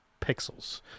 pixels